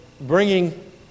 bringing